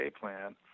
plan